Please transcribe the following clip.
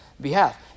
behalf